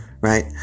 Right